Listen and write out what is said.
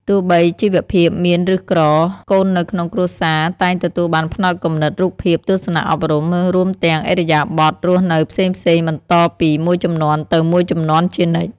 ទោះបីជីវភាពមានឬក្រ កូននៅក្នុងគ្រួសារតែងទទួលបានផ្នត់គំនិត រូបភាព ទស្សនៈអប់រំ រួមទាំងឥរិយាបថរស់នៅផ្សេងៗបន្តពីមួយជំនាន់ទៅមួយជំនាន់ជានិច្ច។